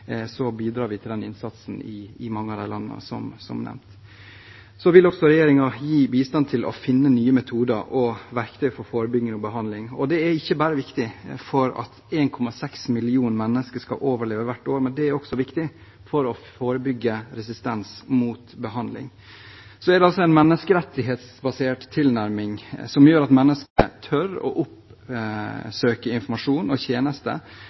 Så vil også regjeringen gi bistand til å finne nye metoder og verktøy for forebyggende behandling. Det er ikke bare viktig for at 1,6 millioner mennesker skal overleve hvert år, men det er også viktig for å forebygge resistens mot behandling. Det er en menneskerettighetsbasert tilnærming, som gjør at mennesker tør å oppsøke informasjon og tjenester.